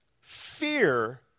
Fear